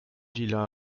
villa